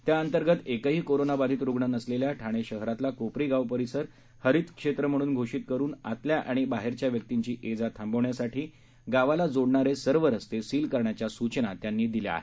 त्याअंतर्गत एकही कोरोनाबाधित रुग्ण नसलेला ठाणे शहरातला कोपरी गाव परिसर हरित क्षेत्र म्हणून घोषित करून आतल्या आणि बाहेरच्या व्यक्तीची ये जा थांबवण्यासाठी गावाला जोडणारे सर्व सस्ते सील करण्याच्या सूचनाही त्यांनी दिल्या आहेत